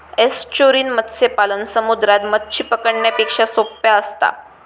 estuarine मत्स्य पालन समुद्रात मच्छी पकडण्यापेक्षा सोप्पा असता